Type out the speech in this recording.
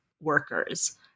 workers